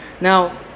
now